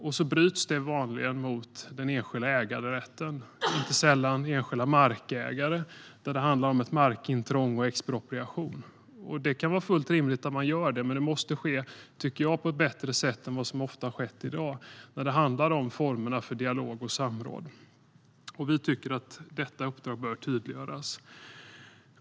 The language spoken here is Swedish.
Det bryts vanligen mot den enskilda äganderätten å andra sidan. Det handlar inte sällan om enskilda markägare och ett markintrång och expropriation. Det kan vara fullt rimligt att man gör det, men det måste ske på ett bättre sätt än vad som ofta sker i dag när det handlar om formerna för dialog och samråd. Vi tycker att detta uppdrag bör tydliggöras.